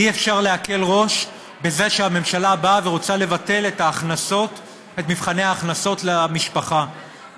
אי-אפשר להקל ראש בזה שהממשלה רוצה לבטל את מבחני ההכנסות למשפחה,